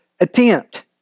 Attempt